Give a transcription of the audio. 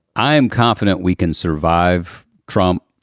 i am confident we can survive trump.